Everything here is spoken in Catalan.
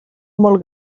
molt